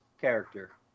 character